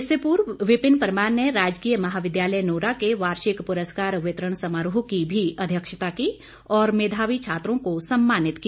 इससे पूर्व विपिन परमार ने राजकीय महाविद्यालय नोरा के वार्षिक पुरस्कार वितरण समारोह की भी अध्यक्षता की और मेधावी छात्रों को सम्मानित किया